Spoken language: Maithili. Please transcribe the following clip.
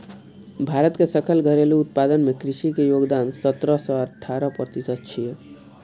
भारत के सकल घरेलू उत्पादन मे कृषि के योगदान सतरह सं अठारह प्रतिशत छै